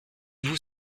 vous